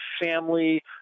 family